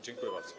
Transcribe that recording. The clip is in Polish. Dziękuję bardzo.